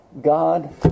God